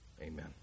amen